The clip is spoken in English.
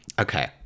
Okay